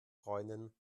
freundin